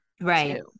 Right